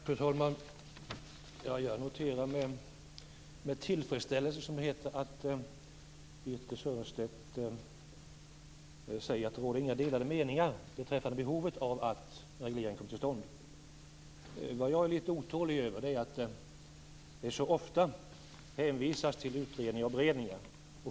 Fru talman! Jag noterar med tillfredsställelse att Birthe Sörestedt säger att det inte råder några delade meningar beträffande behovet av att en reglering kommer till stånd. Jag är litet otålig över att det så ofta hänvisas till utredningar och beredningar.